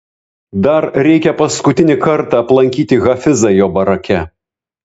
dar reikia paskutinį kartą aplankyti hafizą jo barake